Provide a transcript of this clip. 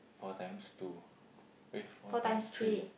four times two eh four times three